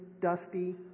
dusty